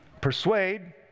persuade